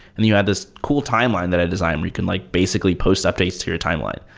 and you have this cool timeline that i designed where you can like basically post updates to your timeline.